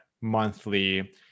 monthly